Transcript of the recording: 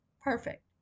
perfect